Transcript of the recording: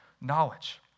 knowledge